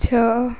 ଛଅ